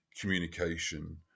communication